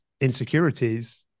insecurities